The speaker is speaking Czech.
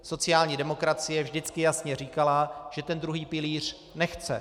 Sociální demokracie vždycky jasně říkala, že ten druhý pilíř nechce.